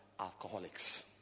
alcoholics